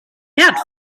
herd